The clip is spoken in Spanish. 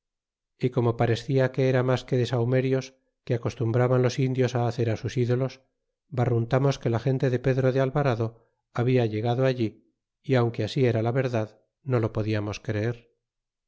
y como parescla que era mas que sahumerios que acostumbran los indios hacer sus dolos barniz tamos que la gente de pedro dc alvarado habla llegado allí y aunque así era la verdad no lo podiamos creer